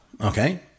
Okay